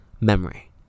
memory